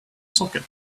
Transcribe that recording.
socket